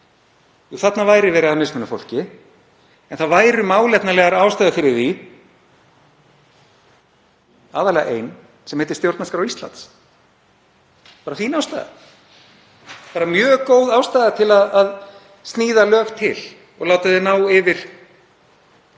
sammála. Þarna væri verið að mismuna fólki, en það væru málefnalegar ástæður fyrir því, aðallega ein, sem heitir stjórnarskrá Íslands. Bara fín ástæða, bara mjög góð ástæða til að sníða lög til og láta þau ná yfir